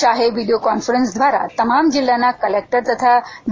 શાહે video conference દ્વારા તમામ જિલ્લાઓના કલેક્ટર્સ તથા ડી